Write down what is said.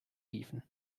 hieven